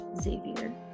Xavier